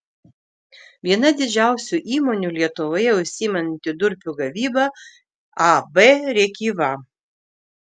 viena didžiausių įmonių lietuvoje užsiimanti durpių gavyba ab rėkyva